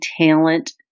talent